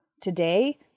Today